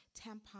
tampons